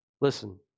Listen